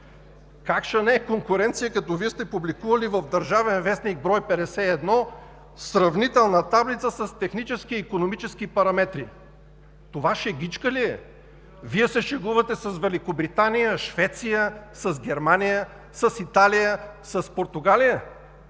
как да не е конкуренция, като Вие сте публикували в „Държавен вестник“, брой 51 сравнителна таблица с технически и икономически параметри? Това шегичка ли е? Вие се шегувате с Великобритания, Швеция, Германия, Италия, Португалия!